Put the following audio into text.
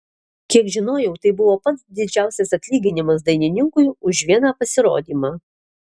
kiek žinojau tai buvo pats didžiausias atlyginimas dainininkui už vieną pasirodymą